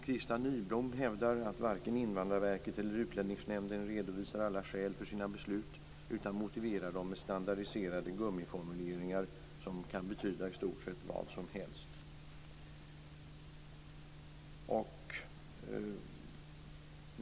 Christa Nyblom hävdar att varken Invandrarverket eller Utlänningsnämnden redovisar alla skäl för sin beslut utan motiverar dem med standardiserade gummiformuleringar som kan betyda i stort sett vad som helst.